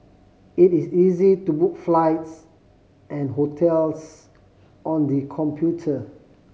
it is easy to book flights and hotels on the computer